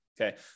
okay